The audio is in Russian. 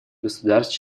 государств